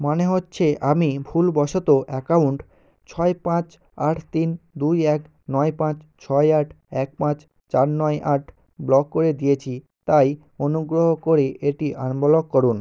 মনে হচ্ছে আমি ভুলবশত অ্যাকাউন্ট ছয় পাঁচ আট তিন দুই এক নয় পাঁচ ছয় আট এক পাঁচ চার নয় আট ব্লক করে দিয়েছি তাই অনুগ্রহ করে এটি আনব্লক করুন